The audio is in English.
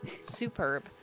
Superb